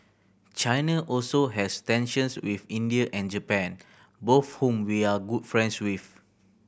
China also has tensions with India and Japan both whom we are good friends with